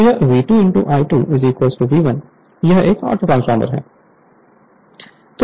तो यह V2 I2 V1 यह एक ऑटोट्रांसफॉर्मर है